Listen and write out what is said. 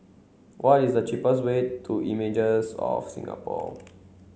what is the cheapest way to Images of Singapore